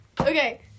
Okay